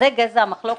זה גזע המחלוקת,